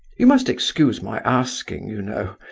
you must excuse my asking, you know.